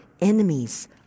enemies